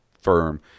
firm